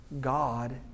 God